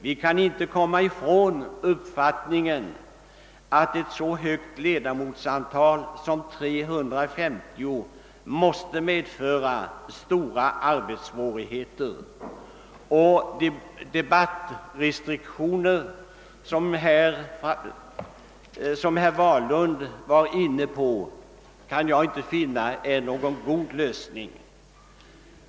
Vi kan inte komma ifrån att ett så stort antal ledamöter som 350 måste medföra stora arbetssvårigheter, och de debattrestriktioner, som herr Wahlund här talade om, kan jag inte finna vara någon god lösning.